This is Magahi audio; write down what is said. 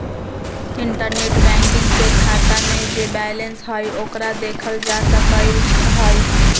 इंटरनेट बैंकिंग से खाता में जे बैलेंस हई ओकरा देखल जा सकलई ह